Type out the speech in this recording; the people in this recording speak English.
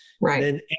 Right